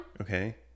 Okay